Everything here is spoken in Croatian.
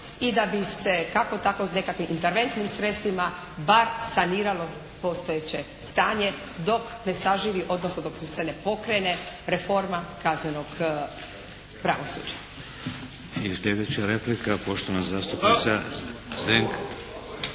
i da bi se kako tako nekakvo interventnim sredstvima bar saniralo postojeće stanje, dok ne saživi, odnosno dok se ne pokrene reforma kaznenog pravosuđa.